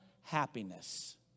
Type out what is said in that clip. happiness